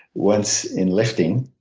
once in lifting.